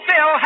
Phil